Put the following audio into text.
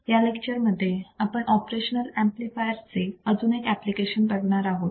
या लेक्चर मध्ये आपण ऑपरेशनल ऍम्प्लिफायर चे अजून एक एप्लिकेशन बघणार आहोत